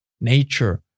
nature